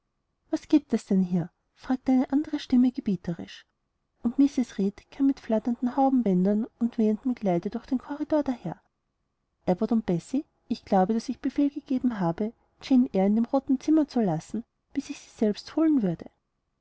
was giebt es denn hier fragte eine andere stimme gebieterisch und mrs reed kam mit flatternden haubenbändern und wehendem kleide durch den korridor daher abbot und bessie ich glaube daß ich befehl gegeben habe jane eyre in dem roten zimmer zu lassen bis ich selbst sie holen würde